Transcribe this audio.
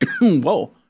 Whoa